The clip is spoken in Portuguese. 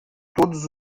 todos